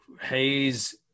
Hayes